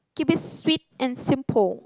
keep it sweet and simple